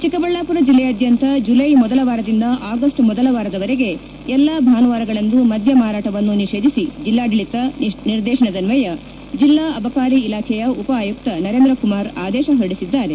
ಚಿಕ್ಕಬಳ್ಳಾಮರ ಜಿಲ್ಲೆಯಾದ್ಖಂತ ಜುಲ್ಟೆ ಮೊದಲ ವಾರದಿಂದ ಆಗಸ್ಟ್ ಮೊದಲ ವಾರದವರೆಗೆ ಎಲ್ಲಾ ಭಾನುವಾರಗಳಂದು ಮದ್ದ ಮಾರಾಟವನ್ನು ನಿಷೇಧಿಸಿ ಜಿಲ್ಲಾಡಳಿತ ನಿರ್ದೇಶನದನ್ವಯ ಜಿಲ್ಲಾ ಅಬಕಾರಿ ಇಲಾಖೆ ಉಪ ಆಯುಕ್ತ ನರೇಂದ್ರಕುಮಾರ್ ಆದೇಶ ಹೊರಡಿಸಿದ್ದಾರೆ